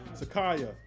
Sakaya